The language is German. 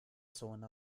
zone